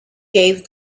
gave